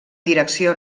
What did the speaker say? direcció